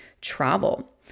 travel